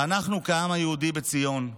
ואנחנו, כעם היהודי בציון,